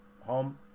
home